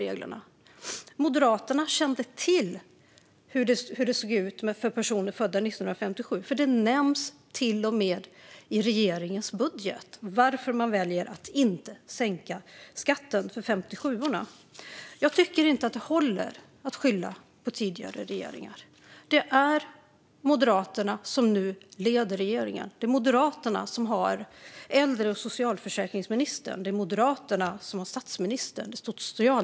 Moderaterna kände till hur det såg ut för personer födda 1957; det nämndes till och med i regeringens budget varför man valde att inte sänka skatten för 57:orna. Jag tycker inte att det håller att skylla på tidigare regeringar. Det är Moderaterna som nu leder regeringen. Det är Moderaterna som har äldre och socialförsäkringsministerposten. Det är Moderaterna som har statsministerposten.